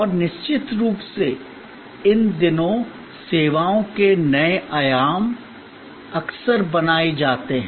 और निश्चित रूप से इन दिनों सेवाओं के नए आयाम अक्सर बनाए जाते हैं